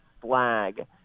flag